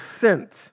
sent